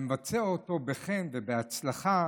ומבצע אותו בחן ובהצלחה